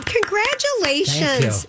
Congratulations